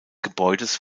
gebäudes